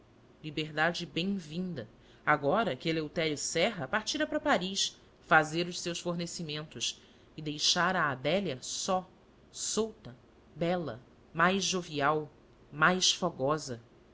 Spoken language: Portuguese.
liberdade bem vinda agora que eleutério serra partira para paris fazer os seus fornecimentos e deixara a adélia só solta bela mais jovial mais fogosa